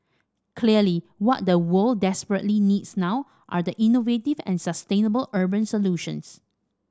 clearly what the world desperately needs now are innovative and sustainable urban solutions